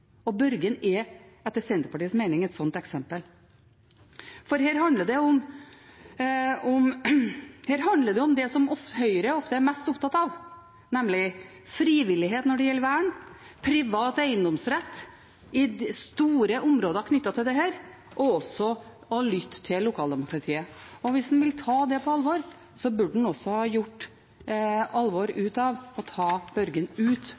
og Børgin er etter Senterpartiets mening et slikt eksempel. Her handler det om det som Høyre ofte er mest opptatt av, nemlig frivillighet når det gjelder vern, privat eiendomsrett i store områder knyttet til dette, og også å lytte til lokaldemokratiet. Hvis en vil ta det på alvor, burde en også gjort alvor av å ta Børgin ut